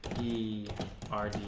e r